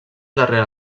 darrere